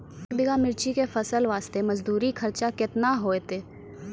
एक बीघा मिर्ची के फसल वास्ते मजदूरी खर्चा केतना होइते?